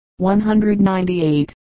198